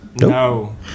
No